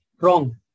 Wrong